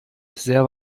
sehr